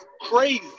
crazy